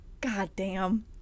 goddamn